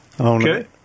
Okay